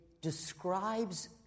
describes